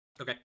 Okay